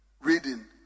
reading